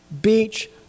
beach